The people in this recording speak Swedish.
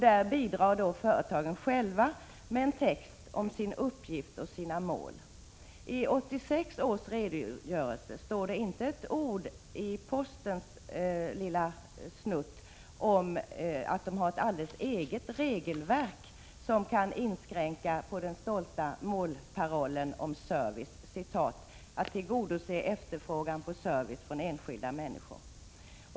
Där bidrar företagen själva med en text om sin uppgift och sina mål. I 1986 års redogörelse står inte ett ord i postens del om att man där har ett alldeles eget regelsystem som kan inkräkta på den stolta parollen om service: att tillgodose efterfrågan på service från enskilda människor.